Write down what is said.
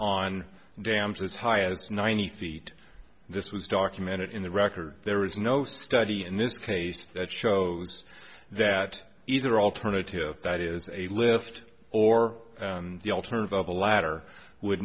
on dams as high as ninety feet this was documented in the record there is no study in this case that shows that either alternative that is a lift or the alternative of a ladder would